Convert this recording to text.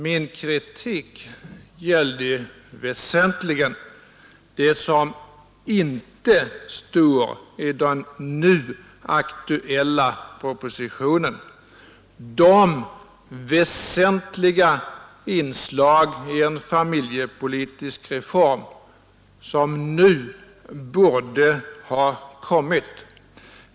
Min kritik gällde väsentligen det som inte står i den nu aktuella propositionen, de väsentliga inslag i en familjepolitisk reform som nu borde ha kommit.